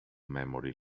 memory